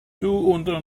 undrar